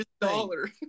dollar